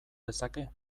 dezake